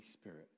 Spirit